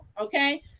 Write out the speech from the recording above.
Okay